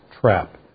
trap